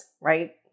right